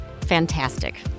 Fantastic